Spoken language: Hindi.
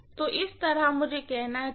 तो इसी तरह मुझे कहना चाहिए